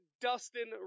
Dustin